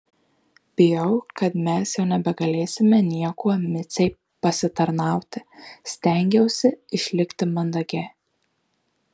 bijau kad mes jau nebegalėsime niekuo micei pasitarnauti stengiausi išlikti mandagi